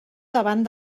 davant